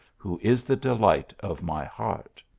who is the delight of my heart.